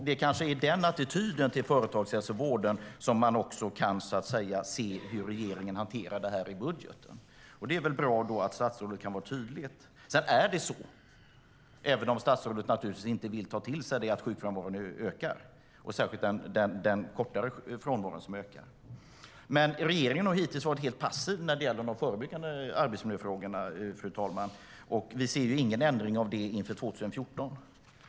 Det kanske är den attityden till företagshälsovården som vi också kan se i regeringens hantering av den i budgeten. Det är väl bra då att statsrådet kan vara tydlig. Sedan är det så, även om statsrådet naturligtvis inte vill ta till sig det, att sjukfrånvaron ökar, särskilt den kortare sjukfrånvaron. Regeringen har hittills varit helt passiv när det gäller de förebyggande arbetsmiljöfrågorna, och vi ser ingen ändring inför 2014.